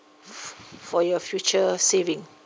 for your future saving